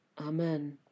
Amen